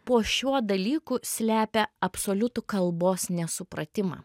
po šiuo dalyku slepia absoliutų kalbos nesupratimą